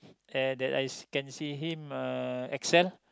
and that I see can see him uh excel